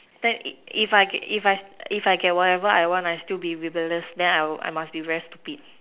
then if I can if I if I get whatever I want I still be rebellious then I must be very stupid